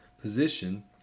position